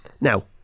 now